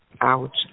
out